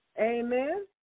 Amen